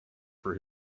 for